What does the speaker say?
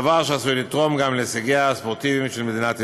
דבר שעשוי לתרום גם להישגיה הספורטיביים של מדינת ישראל".